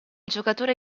giocatore